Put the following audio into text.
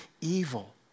evil